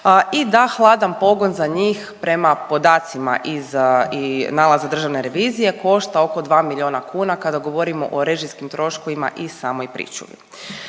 i da hladan pogon za njih prema podacima iz nalaza državne revizije, košta oko 2 milijuna kuna, kada govorimo o režijskim troškovima i samoj pričuvi.